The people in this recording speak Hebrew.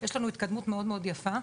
יש לנו התקדמות מאוד מאוד יפה,